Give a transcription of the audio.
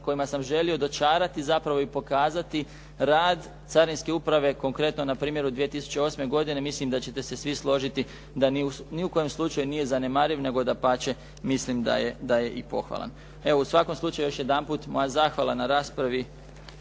kojima sam želio dočarati zapravo i pokazati rad carinske uprave, konkretno npr. 2008. godine mislim da ćete se svi složiti da ni u kom slučaju nije zanemariv nego dapače mislim da je i pohvalan. Evo u svakom slučaju još jedan put moja zahvala na raspravi